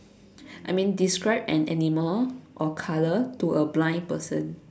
I mean describe an animal or colour to a blind person